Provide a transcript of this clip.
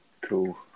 Cool